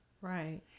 Right